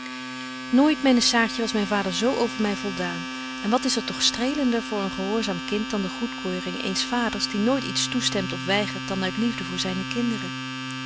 nooit myne saartje was myn vader zo over my voldaan en wat is er toch strelender voor een gehoorzaam kind dan de goedkeuring eens vaders die nooit iets toestemt of weigert dan uit liefde voor zyne kinderen